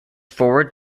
forward